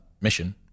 mission